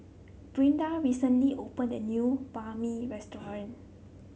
Brianda recently opened a new Banh Mi restaurant